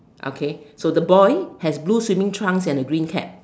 okay so the boy has blue swimming trunks and a green cap